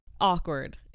awkward